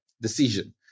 decision